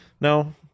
no